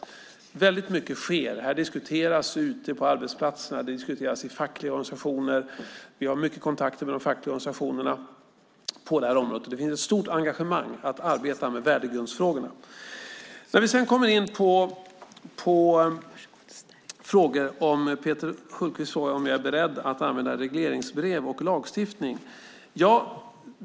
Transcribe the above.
Väldigt mycket sker. Det diskuteras ute på arbetsplatserna och i fackliga organisationer. Vi har mycket kontakter med de fackliga organisationerna på detta område. Det finns ett stort engagemang för att arbeta med värdegrundsfrågorna. Peter Hultqvist frågar om jag är beredd att använda regleringsbrev och lagstiftning.